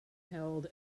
held